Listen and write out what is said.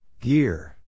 Gear